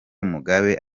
mugabe